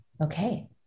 Okay